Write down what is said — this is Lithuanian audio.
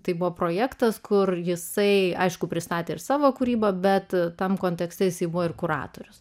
tai buvo projektas kur jisai aišku pristatė ir savo kūrybą bet tam kontekste jisai buvo ir kuratorius